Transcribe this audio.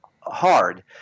hard